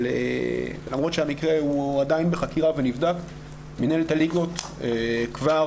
אבל למרות שהמקרה עדיין בחקירה ונבדק מינהלת הליגות כבר